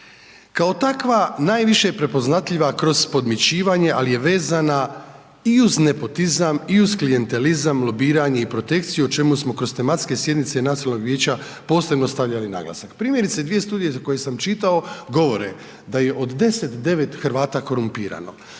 Kao takva, najviše prepoznatljiva kroz podmićivanja, ali je vezana uz nepotizam, uz klijentizam, lobiranje i protekciju, o čemu smo kroz tematske sjednice Nacionalnog vijeća, posebno stavili naglasak. Primjerice dvije studije, za koje sam čitao govore, da je od 10 9 Hrvata korumpirano.